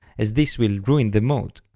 as this will ruin the mode.